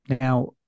Now